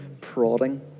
prodding